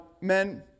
men